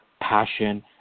passion